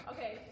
Okay